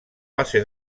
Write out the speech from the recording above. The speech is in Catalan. base